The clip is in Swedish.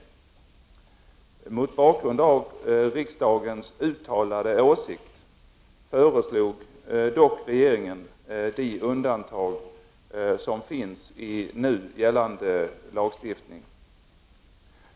Mot bakgrund av riksdagens uttalade åsikt föreslog dock regeringen de undantag som finns i nu gällande lagstiftning.